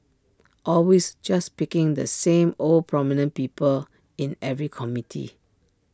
always just picking the same old prominent people in every committee